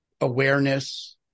awareness